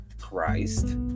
Christ